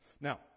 Now